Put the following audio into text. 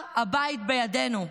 הר הבית בידינו".